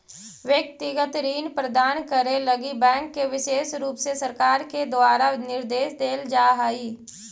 व्यक्तिगत ऋण प्रदान करे लगी बैंक के विशेष रुप से सरकार के द्वारा निर्देश देल जा हई